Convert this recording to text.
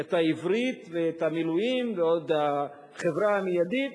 את העברית ואת המילואים ואת החברה המיידית,